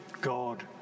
God